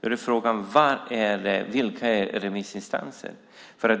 Då uppkommer direkt frågan: Vilka är remissinstanserna?